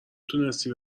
تونستی